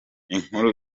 inkuru